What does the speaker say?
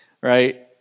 right